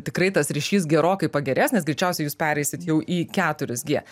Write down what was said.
tikrai tas ryšys gerokai pagerės nes greičiausiai jūs pereisit jau į keturis gie